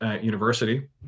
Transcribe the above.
university